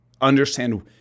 understand